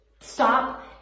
Stop